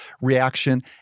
reaction